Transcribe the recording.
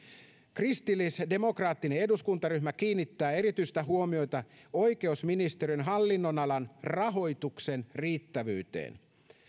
kristillisdemokraattinen eduskuntaryhmä kiinnittää erityistä huomiota oikeusministeriön hallinnonalan rahoituksen riittävyyteen